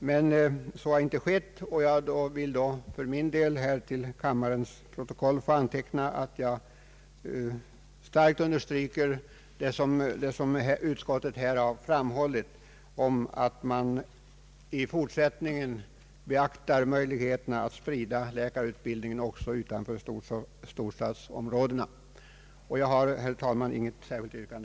Men så har inte skett, och jag vill då för min del till kammarens protokoll anteckna att jag starkt understryker vad utskottet här framhållit om att man i fortsättningen skall beakta möjligheterna att sprida läkarutbildningen också utanför storstadsområdena. Jag har, herr talman, intet särskilt yrkande.